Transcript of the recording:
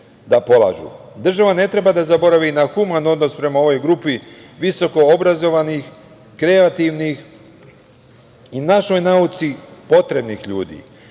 polažu. Država ne treba da zaboravi na human odnos prema ovoj grupi visoko obrazovanih, kreativnih i našoj nauci potrebnih ljudi